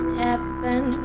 heaven